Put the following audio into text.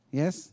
yes